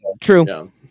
True